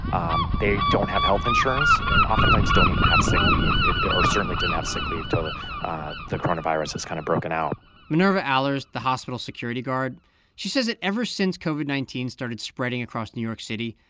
um they don't have health insurance and oftentimes don't even have sick leave or certainly didn't have sick leave till the ah the coronavirus was kind of broken out minerva alers, the hospital security guard she says that ever since covid nineteen started spreading across new york city,